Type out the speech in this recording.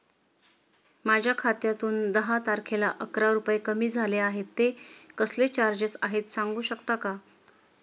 माझ्या खात्यातून दहा तारखेला अकरा रुपये कमी झाले आहेत ते कसले चार्जेस आहेत सांगू शकता का?